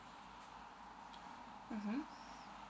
mmhmm